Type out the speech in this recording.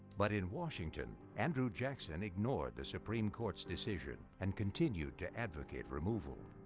but in washington, andrew jackson ignored the supreme court's decision and continued to advocate removal.